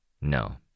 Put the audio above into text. No